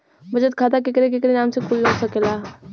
बचत खाता केकरे केकरे नाम से कुल सकेला